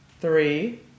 three